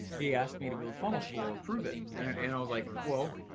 he asked me to build funnels for prove it. and i was like well,